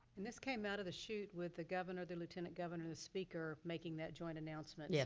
and this came out of the shoot with the governor, the lieutenant governor, the speaker, making that joint announcement. yes.